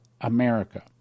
America